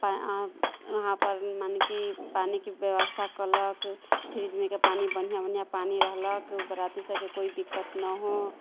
इहाँ पर मने कि पानिके व्यवस्था कयलक फ्रीजमेके पानि बढ़िआँ बढ़िआँ पानी रहलक बराती सभके कोइ दिक्कत नहि हो